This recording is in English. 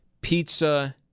Pizza